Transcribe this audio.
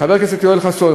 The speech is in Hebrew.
חבר הכנסת יואל חסון,